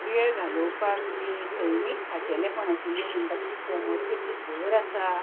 वेळ घालोवपाक जी सैमीक खाशेलेपण आशिल्लीं म्हणटा अशीं पोंर्बुफेची झर आसा